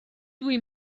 dwi